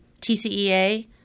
TCEA